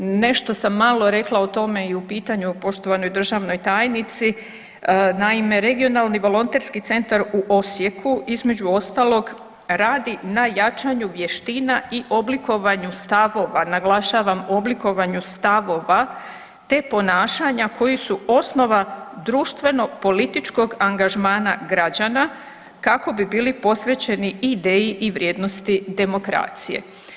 Nešto sam malo rekla o tome i u pitanju poštovanoj državnoj tajnici, naime regionalni volonterski centar u Osijeku između ostalog radi na jačanju vještina i oblikovanju stavova, naglašavam oblikovanju stavova te ponašanja koji su osnova društveno političkog angažmana građana kako bi bili posvećeni ideji i vrijednosti demokracije.